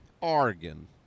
Oregon